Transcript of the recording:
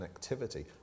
connectivity